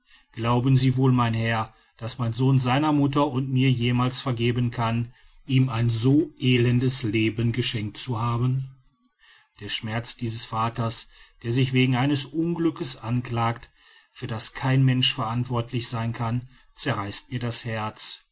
glauben sie wohl mein herr daß mein sohn seiner mutter und mir jemals vergeben kann ihm ein so elendes leben geschenkt zu haben der schmerz dieses vaters der sich wegen eines unglücks anklagt für das kein mensch verantwortlich sein kann zerreißt mir das herz